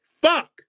fuck